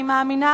אני מאמינה